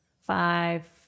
five